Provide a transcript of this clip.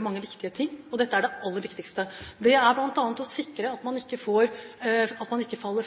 mange viktige ting. Det aller viktigste er å sikre at man ikke faller